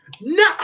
No